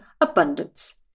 abundance